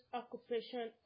occupation